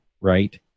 right